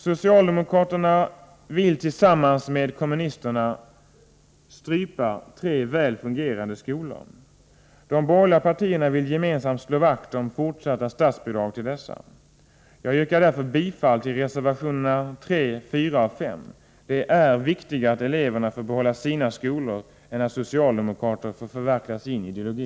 Socialdemokraterna vill tillsammans med kommunisterna strypa tre väl fungerande skolor. De borgerliga partierna vill gemensamt slå vakt om fortsatta statsbidrag till dessa. Jag yrkar bifall till reservationerna 3, 4 och 5. Det är viktigare att eleverna får behålla sina skolor än att socialdemokraterna får förverkliga sin ideologi.